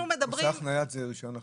מוסך נייד זה רישיון אחר?